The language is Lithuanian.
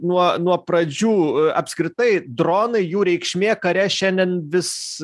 nuo nuo pradžių apskritai dronai jų reikšmė kare šiandien vis